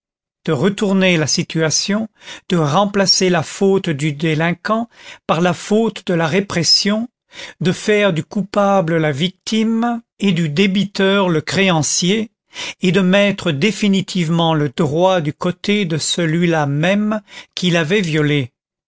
de retourner la situation de remplacer la faute du délinquant par la faute de la répression de faire du coupable la victime et du débiteur le créancier et de mettre définitivement le droit du côté de celui-là même qui l'avait violé